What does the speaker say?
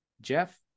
Jeff